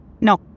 No